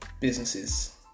Businesses